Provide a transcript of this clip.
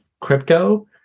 crypto